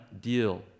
deal